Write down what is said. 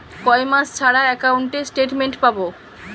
কয় মাস ছাড়া একাউন্টে স্টেটমেন্ট পাব?